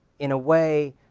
in a way,